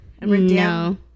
No